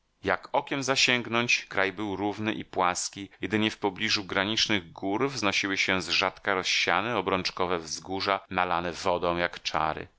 jak okiem zasięgnąć kraj był równy i płaski jedynie w pobliżu granicznych gór wznosiły się zrzadka rozsiane obrączkowe wzgórza nalane wodą jak czary